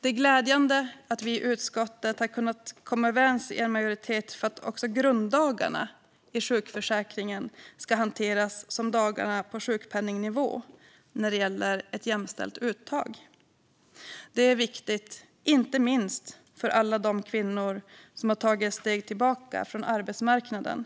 Det är glädjande att vi i utskottet har kunnat komma överens i en majoritet om att också grunddagarna i sjukförsäkringen ska hanteras som dagarna med sjukpenningnivå när det gäller ett jämställt uttag. Det är viktigt, inte minst för alla de kvinnor som tagit ett steg tillbaka från arbetsmarknaden